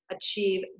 achieve